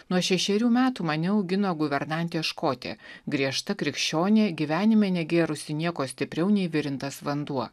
nuo šešerių metų mane augino guvernantė škotė griežta krikščionė gyvenime negėrusi nieko stipriau nei virintas vanduo